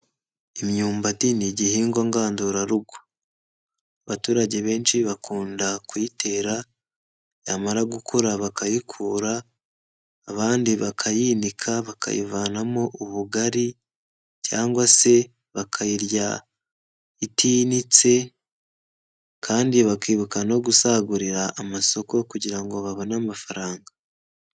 Imyumbati ni igihingwa ngandurarugo. Abaturage benshi bakunda kuyitera yamara abandi bakayinika bakayivanamo ubugari cyangwa se bakayirya itinitse kandi bakibuka no gusagurira amasoko kugira ngo babone amafaranga.